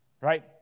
Right